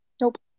nope